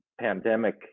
pandemic